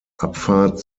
abfahrt